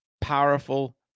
powerful